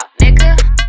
nigga